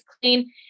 clean